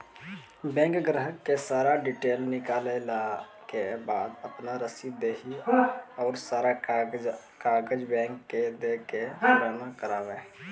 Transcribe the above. Bank ग्राहक के सारा डीटेल निकालैला के बाद आपन रसीद देहि और सारा कागज बैंक के दे के पुराना करावे?